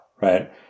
right